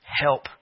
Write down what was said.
Help